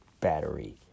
battery